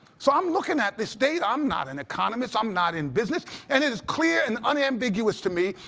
so i'm looking at this data. i'm not an economist, i'm not in business. and it is clear and unambiguous to me.